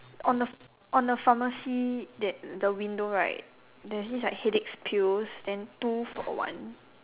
on the on the pharmacy that the window right there's this like headache pills then two for one